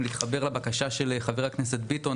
אם להתחבר לבקשה של חבר הכנסת ביטון,